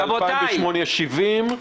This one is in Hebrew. ב-2008 יש 70,